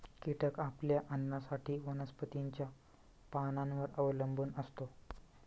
कीटक आपल्या अन्नासाठी वनस्पतींच्या पानांवर अवलंबून असतो